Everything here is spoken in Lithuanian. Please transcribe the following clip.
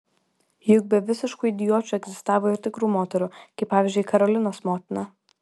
juk be visiškų idiočių egzistavo ir tikrų moterų kaip pavyzdžiui karolinos motina